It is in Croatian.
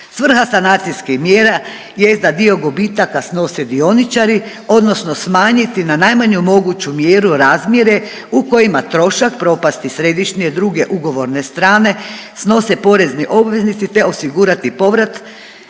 Svrha sanacijskih mjera jest da dio gubitaka snose dioničari odnosno smanjiti na najmanju moguću mjeru razmjere u kojima trošak propasti središnje druge ugovorne strane snose porezni obveznici te osigurati povrat